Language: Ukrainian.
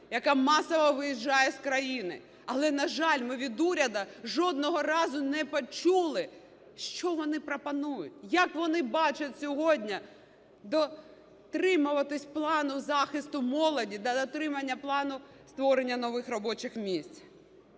яка масово виїжджає з країни. Але, на жаль, ми від уряду жодного разу не почули, що вони пропонують, як вони бачать сьогодні дотримуватись плану захисту молоді та дотримання плану створення нових робочих місць.